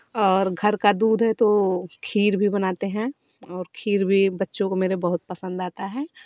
और घर का दूध है तो खीर भी बनाते हैं और खीर भी बच्चों को मेरे बहुत पसंद आता है